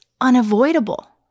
unavoidable